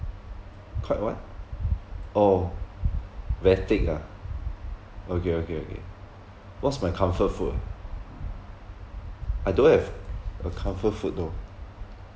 quite what oh very thick ah okay okay okay what's my comfort food I don't have a comfort food though